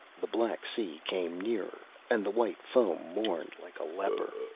the black sea came nearer, and the white foam moaned like a leper.